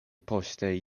poste